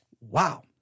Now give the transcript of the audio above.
Wow